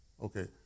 okay